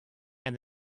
and